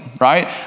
right